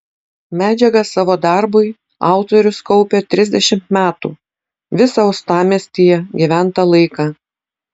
medžiagą savo darbui autorius kaupė trisdešimt metų visą uostamiestyje gyventą laiką